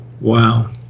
Wow